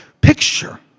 picture